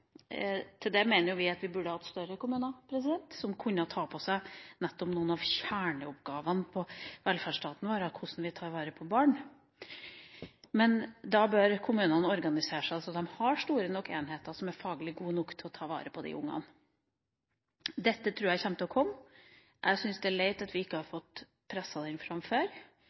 mener vi at vi burde hatt større kommuner som kunne ta på seg nettopp en av kjerneoppgavene i velferdsstaten vår, nemlig hvordan vi tar vare på barn. Men da bør kommunene organiseres sånn at de har store nok enheter som er faglig gode nok til å ta vare på de ungene. Dette tror jeg kommer. Jeg syns det er leit at vi ikke har fått presset det fram før.